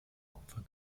opfer